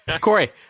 Corey